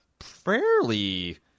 fairly